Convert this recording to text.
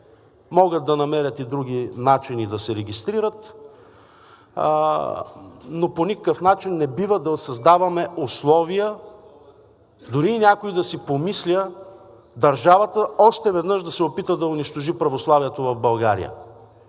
Могат да намерят и други начини да се регистрират, но по никакъв начин не бива да създаваме условия дори и някой да си помисля държавата още веднъж да се опита да унищожи православието в България.